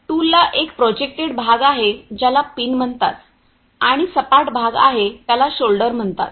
टूलला एक प्रोजेक्टेड भाग आहे ज्याला पिन म्हणतात आणि सपाट भाग आहे त्याला शोल्डर म्हणतात